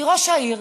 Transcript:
כי ראש העיר